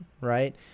Right